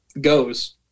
goes